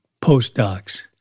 postdocs